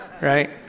right